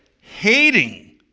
hating